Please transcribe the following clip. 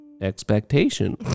expectation